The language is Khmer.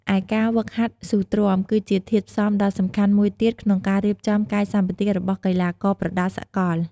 ឯការហ្វឹកហាត់ស៊ូទ្រាំ គឺជាធាតុផ្សំដ៏សំខាន់មួយទៀតក្នុងការរៀបចំកាយសម្បទារបស់កីឡាករប្រដាល់សកល។